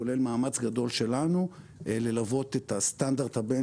כולל מאמץ גדול שלנו ללוות את הסטנדרט הבין